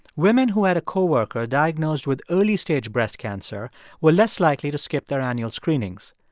women who had a coworker diagnosed with early-stage breast cancer were less likely to skip their annual screenings.